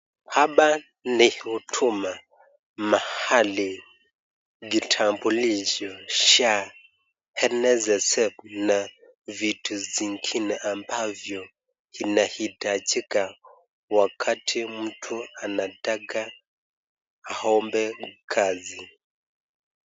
Hapa ni huduma mahali pa kitambulisho cha nssf na vitu vingine ambazo zinaitajika wakati mtu anataka aombe kazi.